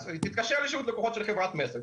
תתקשר לשירות לקוחות של חברת מסר.